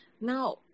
Now